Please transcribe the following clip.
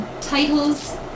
Titles